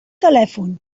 telèfon